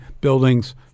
buildings